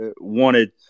wanted